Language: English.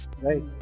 Right